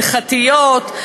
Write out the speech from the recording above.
הלכתיות,